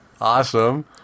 Awesome